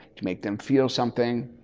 to make them feel something.